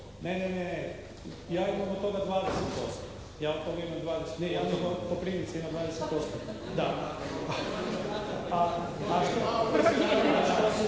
Ne, ne, ne, ja imam od toga 20%. Ja od toga imam 20, ne ja nego Koprivnica ima 20%, da. A što